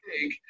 big